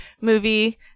movie